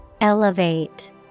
Elevate